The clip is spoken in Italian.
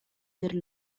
per